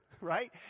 right